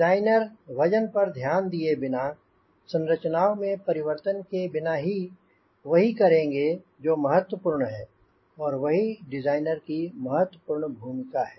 designer वजन पर ध्यान दिए बिना और संरचनाओं में परिवर्तन के बिना वही करेंगे जो महत्वपूर्ण है और वही डिज़ाइनर की महत्वपूर्ण भूमिका है